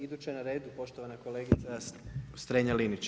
Iduća na redu poštovana kolegica Strenja Linić.